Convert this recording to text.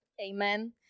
Amen